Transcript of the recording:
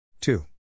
two